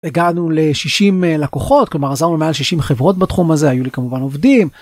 הגענו ל-60 לקוחות, כלומר עזרנו למעל 60 חברות בתחום הזה. היו לי כמובן עובדים.